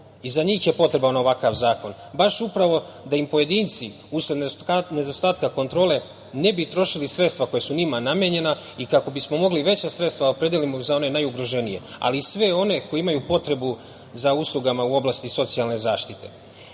i za njih je potreban ovakav zakon, baš upravo da im pojedinci usled nedostatka kontrole ne bi trošili sredstva koja su njima namenjena i kako bismo mogli veća sredstva da opredelimo za one najugroženije, ali i sve one koje imaju potrebu za uslugama u oblasti socijalne zaštite. Zato